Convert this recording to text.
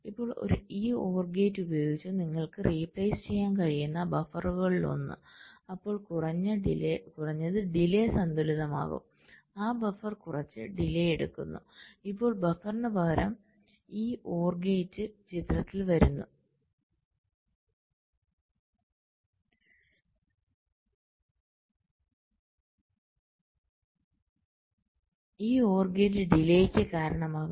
ഇപ്പോൾ ഈ OR gate ഉപയോഗിച്ച് നിങ്ങൾക്ക് റീപ്ലേസ് ചെയ്യാൻ കഴിയുന്ന ബഫറുകളിലൊന്ന് അപ്പോൾ കുറഞ്ഞത് ഡിലെ സന്തുലിതമാകും ആ ബഫർ കുറച്ച് ഡിലെ എടുക്കുന്നു ഇപ്പോൾ ബഫറിന് പകരം ഈ OR ഗേറ്റ് ചിത്രത്തിൽ വരുന്നു ഈ OR ഗേറ്റ് ഡിലെക്ക് കാരണമാകും